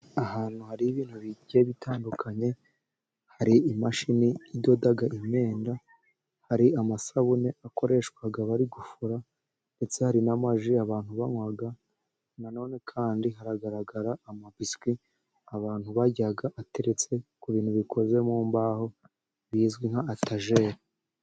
Ahantu hari ibintu bike bitandukanye, hari imashini idoda imyenda, hari amasabune akoreshwa bari gufura, ndetse hari n'amaji, abantu banywa nanone kandi haragaragara amabisukwi abantu barya ateretse ku bintu bikoze mu mbaho bizwi nka atajeri.